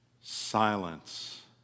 silence